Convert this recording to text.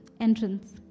entrance